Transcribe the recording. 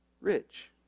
rich